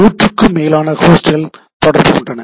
நூற்றுக்கும் மேலான ஹோஸ்ட்கள் தொடர்பு கொண்டன